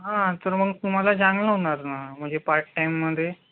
हां तर मग तुम्हाला चांगलं होणार ना म्हणजे पार्ट टाईममध्ये